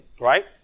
Right